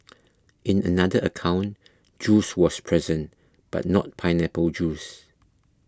in another account juice was present but not pineapple juice